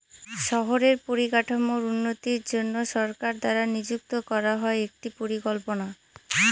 শহরের পরিকাঠামোর উন্নতির জন্য সরকার দ্বারা নিযুক্ত করা হয় একটি পরিকল্পনা